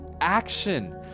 action